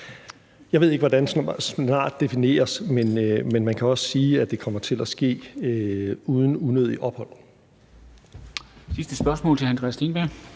Jeg ved ikke, hvordan ordet snart defineres, men man kan også sige, at det kommer til at ske uden unødigt ophold.